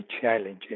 challenging